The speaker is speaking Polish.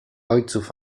ojców